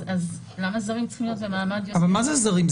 אז למה זרים צריכים להיות במעמד יותר --- אבל מה זה זרים?